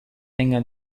tenga